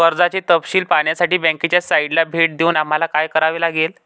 कर्जाचे तपशील पाहण्यासाठी बँकेच्या साइटला भेट देऊन आम्हाला काय करावे लागेल?